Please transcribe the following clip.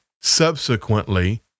subsequently